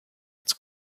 its